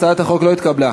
הצעת החוק לא התקבלה.